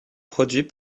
produits